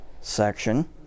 section